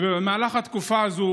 במהלך התקופה הזאת